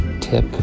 tip